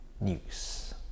news